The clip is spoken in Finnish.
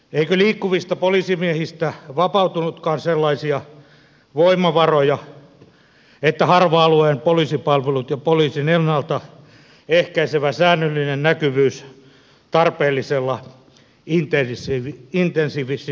eikö liikkuvista poliisimiehistä vapautunutkaan sellaisia voimavaroja että harva alueen poliisipalvelut ja poliisin ennalta ehkäisevä säännöllinen näkyvyys tarpeellisella intensiivisyydellä olisi taattu